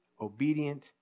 obedient